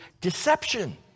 Deception